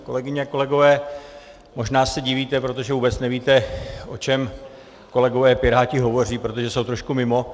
Kolegyně, kolegové, možná se divíte, protože vůbec nevíte, o čem kolegové Piráti hovoří, protože jsou trošku mimo.